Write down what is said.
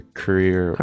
career